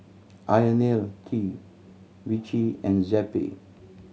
Ionil T Vichy and Zappy